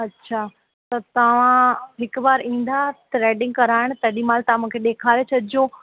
अच्छा त तव्हां हिकु बार ईंदा थ्रेडिंग कराइण तेॾीमहिल तव्हां मूंखे ॾेखारे छॾिजो